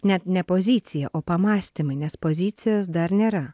net ne pozicija o pamąstymai nes pozicijos dar nėra